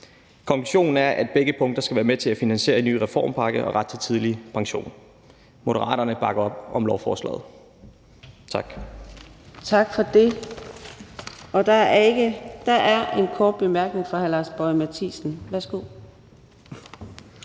Konklusionen er, at begge punkter skal være med til at finansiere en ny reformpakke og ret til tidlig pension. Moderaterne bakker op om lovforslaget. Tak. Kl. 11:59 Fjerde næstformand (Karina Adsbøl): Tak for det. Der er en kort bemærkning fra hr. Lars Boje Mathiesen. Værsgo.